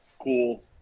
cool